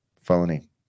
phony